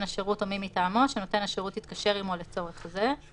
השירות או מי מטעמו שנותן השירות התקשר עמו לצורך זה";